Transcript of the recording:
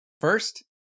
First